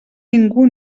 ningú